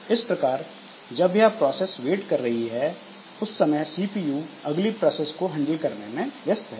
इस प्रकार जब यह प्रोसेस वेट कर रही है उस समय सीपीयू अगली प्रोसेस को हैंडल करने में व्यस्त है